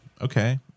Okay